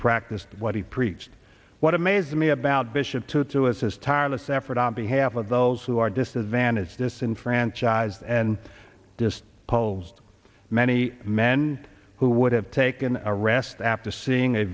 practice what he preached what amazed me about bishop tutu is his tireless effort on behalf of those who are disadvantaged disenfranchised and dis opposed many men who would have taken a rest after seeing a